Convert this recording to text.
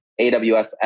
AWS